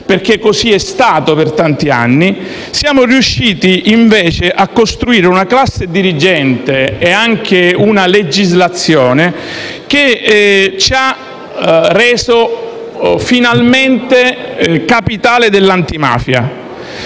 perché così è stato per tanti anni; siamo riusciti invece a costituire una classe dirigente e anche una legislazione che lo ha reso finalmente la capitale dell'antimafia.